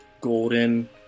golden